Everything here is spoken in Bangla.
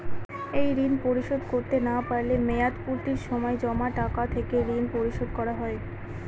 এই ঋণ পরিশোধ করতে না পারলে মেয়াদপূর্তির সময় জমা টাকা থেকে ঋণ পরিশোধ করা হয়?